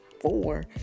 four